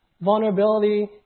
vulnerability